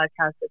podcast